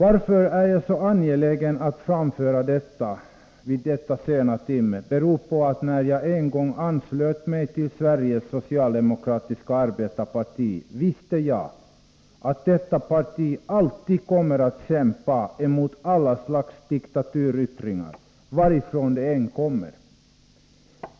Att jag är så angelägen att framföra detta vid denna sena timme beror på att när jag en gång anslöt mig till Sveriges socialdemokratiska arbetareparti visste jag att detta parti alltid kommer att kämpa emot alla slags diktaturyttringar, varifrån de än kommer.